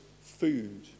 food